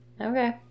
Okay